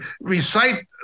recite